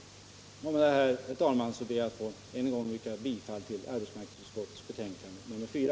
Med detta, herr talman, ber jag än en gång att få yrka bifall till arbetsmarknadsutskottets hemställan i dess betänkande nr 4.